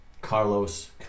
Carlos